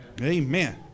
Amen